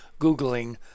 Googling